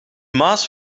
maas